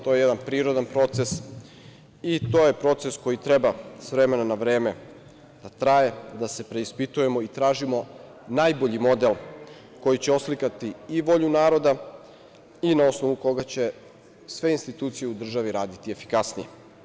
To je jedan prirodan proces i to je proces koji treba s vremena na vreme da traje, da se preispitujemo i tražimo najbolji model koji će oslikati i volju naroda i na osnovu koga će sve institucije u državi raditi efikasnije.